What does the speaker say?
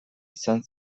izan